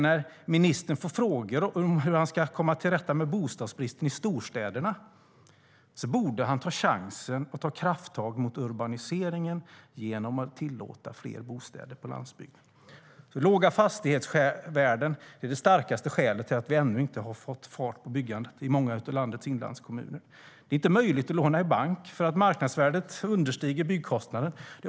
När ministern får frågor om hur han ska komma till rätta med bostadsbristen i storstäderna borde han ta chansen att ta krafttag mot urbaniseringen genom att tillåta fler bostäder på landsbygden. Låga fastighetsvärden är det starkaste skälet till att vi ännu inte har fått fart på byggandet i många av landets inlandskommuner. Det är inte möjligt att få banklån eftersom marknadsvärdet understiger byggkostnaden.